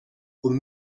und